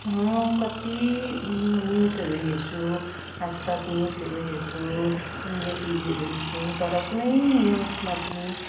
म कत्ति न्युजहरू हेर्छु आजतक न्युजहरू हेर्छु इन्डिया टिभीहरू हेर्छु तर कुनै न्युजमा पनि